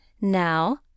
now